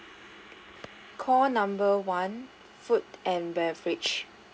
call number one food and beverage